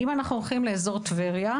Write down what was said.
אם אנחנו מסתכלים על אזור טבריה: